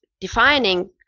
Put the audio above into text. defining